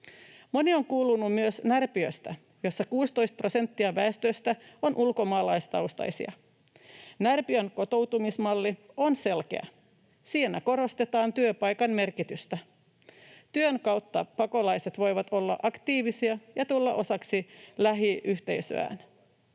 Moni on kuullut myös Närpiöstä, jossa 16 prosenttia väestöstä on ulkomaalaistaustaisia. Närpiön kotoutumismalli on selkeä. Siinä korostetaan työpaikan merkitystä. Työn kautta pakolaiset voivat olla aktiivisia ja tulla osaksi lähiyhteisöään.